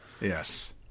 Yes